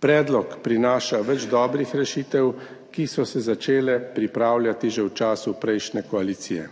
Predlog prinaša več dobrih rešitev, ki so se začele pripravljati že v času prejšnje koalicije.